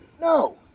No